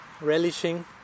relishing